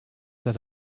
that